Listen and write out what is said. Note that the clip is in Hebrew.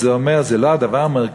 אז הוא אומר: זה לא הדבר המרכזי,